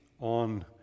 on